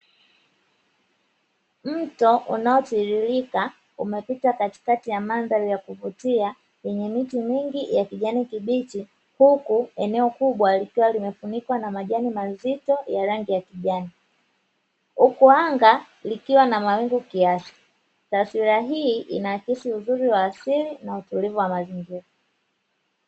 Mto unaotiririka umepita katikati ya mandhari ya kuvutia yenye miti mingi ya kijani kibichi, huku eneo kubwa likiwa kimefunikwa na majani mazito ya rangi ya kijani, huku anga likiwa na mawingu kiasi. Taswira hii inaakisi uzuri wa asili na utulivu wa mazingira.